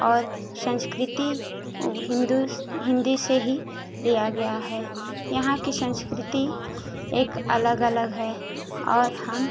और संस्कृति वो हिन्दू हिन्दी से ही लिया गया है यहाँ की संस्कृति एक अलग अलग है और हम